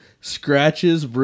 scratches